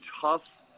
tough